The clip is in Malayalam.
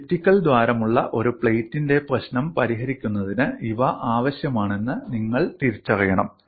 എലിപ്റ്റിക്കൽ ദ്വാരമുള്ള ഒരു പ്ലേറ്റിന്റെ പ്രശ്നം പരിഹരിക്കുന്നതിന് ഇവ ആവശ്യമാണെന്ന് നിങ്ങൾ തിരിച്ചറിയണം